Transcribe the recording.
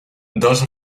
dos